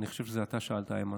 אני חושב שאתה זה ששאל,